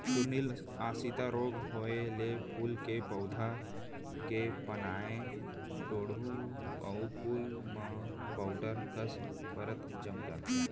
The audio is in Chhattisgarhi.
चूर्निल आसिता रोग होउए ले फूल के पउधा के पानाए डोंहड़ू अउ फूल म पाउडर कस परत जम जाथे